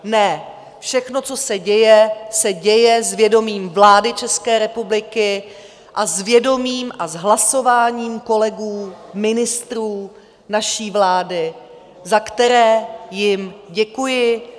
Ne, všechno, co se děje, se děje s vědomím vlády České republiky a s vědomím a hlasováním kolegů, ministrů naší vlády, za které jim děkuji.